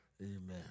Amen